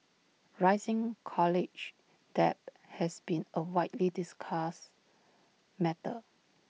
rising college debt has been A widely discussed matter